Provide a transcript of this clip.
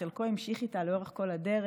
שחלקו המשיך איתה לאורך כל הדרך,